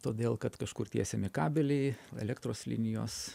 todėl kad kažkur tiesiami kabeliai elektros linijos